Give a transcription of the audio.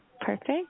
Perfect